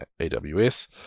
AWS